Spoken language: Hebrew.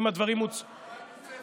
אם הדברים הוצאו, אז תקרא את הספר.